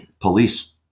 police